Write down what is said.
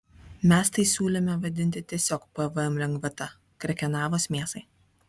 mes tai siūlėme vadinti tiesiog pvm lengvata krekenavos mėsai